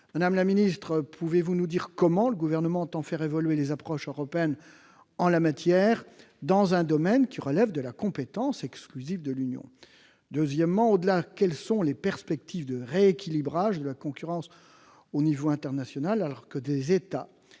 Madame la secrétaire d'État, pouvez-vous nous dire comment le Gouvernement entend faire évoluer les approches européennes en la matière, dans un domaine qui relève de la compétence exclusive de l'Union ? Au-delà, quelles sont les perspectives de rééquilibrage de la concurrence au niveau international, alors que des États